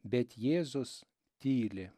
bet jėzus tyli